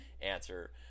answer